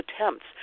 attempts